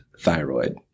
thyroid